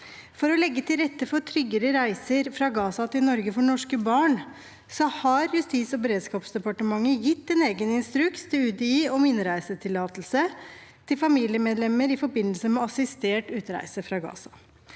For å legge til rette for tryggere reiser fra Gaza til Norge for norske barn har Justis- og beredskapsdepartementet gitt en egen instruks til UDI om innreisetillatelse for familiemedlemmer i forbindelse med assistert utreise fra Gaza.